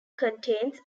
contains